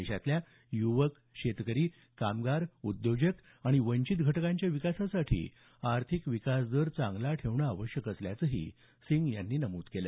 देशातल्या युवक शेतकरी कामगार उद्योजक आणि वंचित घटकांच्या विकासासाठी आर्थिक विकास दर चांगला ठेवणे आवश्यक असल्याचंही सिंग यांनी स्पष्ट केलं